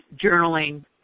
journaling